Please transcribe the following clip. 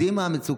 יודעים מה המצוקה.